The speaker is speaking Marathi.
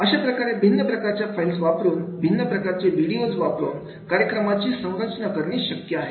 अशाप्रकारे भिन्न प्रकारच्या फाइल्स वापरून भिन्न प्रकारचे व्हिडिओज वापरून कार्यक्रमाची संरचना करणे शक्य आहे